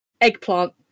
eggplant